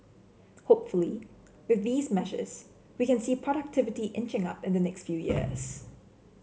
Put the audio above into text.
hopefully with these measures we can see productivity inching up in the next few years